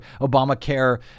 Obamacare